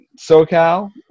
SoCal